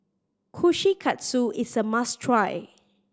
kushikatsu is a must try